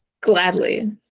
Gladly